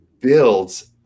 builds